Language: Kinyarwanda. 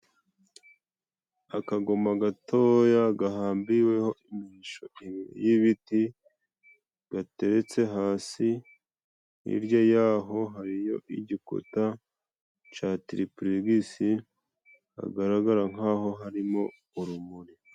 Akagoma gatoya gahambiriweho imirisho ibiri y'ibiti. Gateretse hasi hirya yaho hariyo igikuta ca tiripuregisi, hagaragara nkaho harimo urumuri.